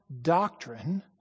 doctrine